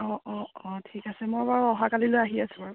অ' অ' অ' ঠিক আছে মই বাৰু অহা কালিলৈ আহি আছোঁ বাৰু